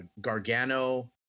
Gargano